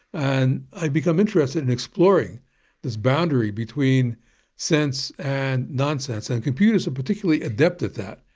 and i've become interested in exploring this boundary between sense and nonsense, and computers are particularly adept at that.